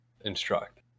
instruct